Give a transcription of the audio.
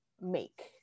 make